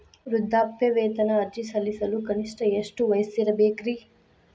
ವೃದ್ಧಾಪ್ಯವೇತನ ಅರ್ಜಿ ಸಲ್ಲಿಸಲು ಕನಿಷ್ಟ ಎಷ್ಟು ವಯಸ್ಸಿರಬೇಕ್ರಿ?